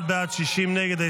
51 בעד, 60 נגד.